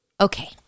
Okay